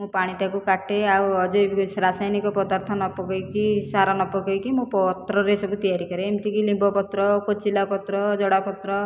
ମୁଁ ପାଣିଟାକୁ କାଟେ ଆଉ ଅଜୈବିକ ରାସାୟନିକ ପଦାର୍ଥ ନ ପକାଇକି ସାର ନ ପକାଇକି ମୁଁ ପତ୍ରରେ ସବୁ ତିଆରି କରେ ଏମିତି କି ନିମ୍ବପତ୍ର କୋଚିଲାପତ୍ର ଜଡ଼ାପତ୍ର